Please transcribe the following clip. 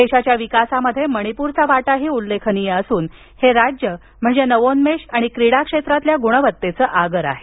देशाच्या विकासामध्ये मणिपूरचा वाटाही उल्लेखनीय असून हे राज्य म्हणजे नवोन्मेष आणि क्रीडाक्षेत्रातील गुणवतेचं आगर आहे